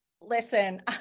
listen